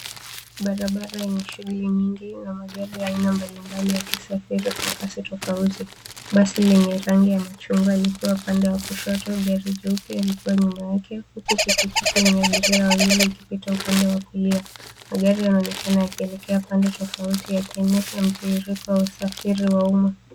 Barabara yenye shughuli nyingi na magari ya aina mbalimbali yakisafiri kwa kasi tofauti. Basi lenye rangi ya machungwa likiwa upande wa kushoto, gari jeupe likiwa nyuma yake huku pikipiki yenye abiria wawili ikipita upande wa kulia. Magari yanaonekana yakielekea pande tofauti yakionyesha mtiririko wa usafiri wa umma.